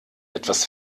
etwas